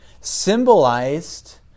symbolized